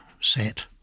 set